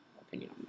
opinion